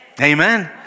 Amen